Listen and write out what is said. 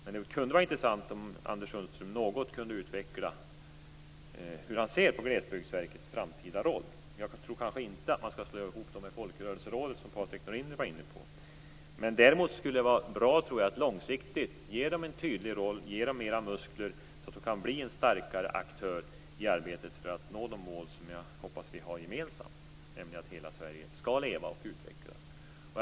Men det skulle vara intressant om Anders Sundström något kunde utveckla hur han ser på Glesbygdsverkets framtida roll. Jag tror kanske inte att man skall slå ihop det med Folkrörelserådet, som Patrik Norinder var inne på. Däremot skulle det vara bra att långsiktigt ge Glesbygdsverket en tydlig roll och mer muskler. Då kan det bli en starkare aktör i arbetet för att nå de mål som jag hoppas att vi har gemensamt, nämligen att hela Sverige skall leva och utvecklas.